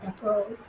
April